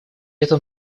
этом